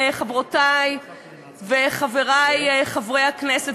חברותי וחברי חברי הכנסת,